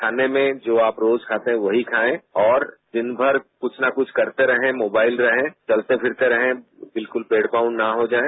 खाने में जो आप रोज खाते हैं वही खाएं और दिनमर कुछ न कुछ करते रहें मोबाइल रहे चलते फिरते रहें बिल्कुल डेड बाउंड न हो जाएं